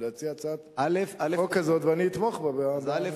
להציע הצעת חוק כזאת, ואני אתמוך בה, אז, א.